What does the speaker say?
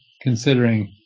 considering